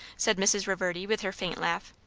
said mrs. reverdy with her faint laugh.